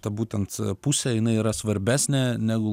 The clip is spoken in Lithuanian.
ta būtent pusė jinai yra svarbesnė negu